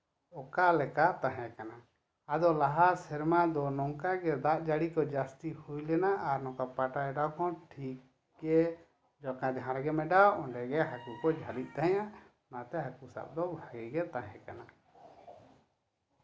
ᱚᱠᱟᱞᱮᱠᱟ ᱛᱟᱦᱮᱸ ᱠᱟᱱᱟ ᱟᱫᱚ ᱞᱟᱦᱟ ᱥᱮᱨᱢᱟ ᱱᱚᱝᱠᱟ ᱜᱮ ᱫᱟᱜ ᱡᱟᱹᱲᱤ ᱠᱚ ᱡᱟᱹᱥᱛᱤ ᱦᱩᱭ ᱞᱮᱱᱟ ᱟᱨ ᱱᱚᱝᱠᱟ ᱯᱟᱴᱟ ᱚᱰᱟᱣ ᱠᱚᱦᱚᱸ ᱴᱷᱤᱠ ᱜᱮ ᱡᱟᱦᱟᱸ ᱨᱮᱜᱮᱢ ᱟᱰᱟᱣ ᱚᱸᱰᱮ ᱜᱮ ᱦᱟᱹᱠᱩ ᱠᱚ ᱡᱷᱟᱹᱞᱤᱜ ᱛᱟᱦᱮᱸᱫᱼᱟ ᱚᱱᱟᱛᱮ ᱦᱟᱹᱠᱩ ᱥᱟᱵ ᱫᱚ ᱵᱷᱟᱹᱞᱤ ᱜᱮ ᱛᱟᱦᱮᱸ ᱠᱟᱱᱟ